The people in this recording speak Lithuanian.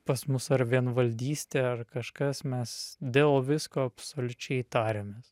pas mus ar vienvaldystė ar kažkas mes dėl visko absoliučiai tariamės